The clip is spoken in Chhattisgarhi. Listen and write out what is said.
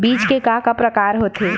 बीज के का का प्रकार होथे?